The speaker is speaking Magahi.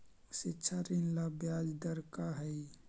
शिक्षा ऋण ला ब्याज दर का हई?